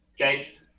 Okay